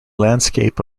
landscape